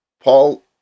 Paul